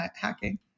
hacking